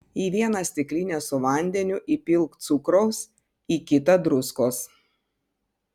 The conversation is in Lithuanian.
į vieną stiklinę su vandeniu įpilk cukraus į kitą druskos